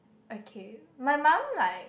okay my mom like